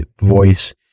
voice